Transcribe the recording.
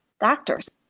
doctors